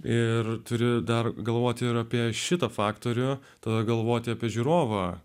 ir turi dar galvoti ir apie šitą faktorių tada galvoti apie žiūrovą